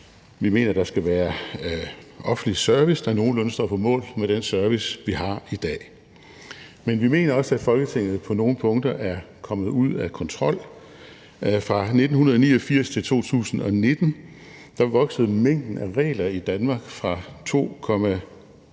Vi mener, der skal være offentlig service, der nogenlunde står på mål med den service, vi har i dag. Men vi mener også, at Folketinget på nogle punkter er kommet ud af kontrol. Fra 1989 til 2019 voksede mængden af regler i Danmark fra 7,2